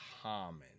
common